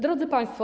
Drodzy Państwo.